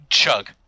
chug